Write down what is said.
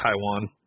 Taiwan